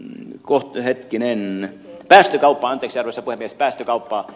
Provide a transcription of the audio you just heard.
mikko heikkinen väisti sitten vielä päästökauppaan ed